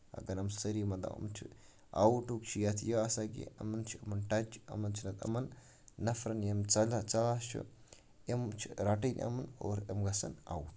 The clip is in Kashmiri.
اَگر أمۍ ساری مطلب أمۍ چھِ اَوٹُک چھُ یَتھ یہِ آسان کہِ یِمَن چھُ یِمَن ٹَچ یِمَن نفرن یِم ژاس چھِ أمۍ چھِ رَٹٕنۍ یِمن اور یِم گژھن اَوُٹ